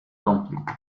conflicts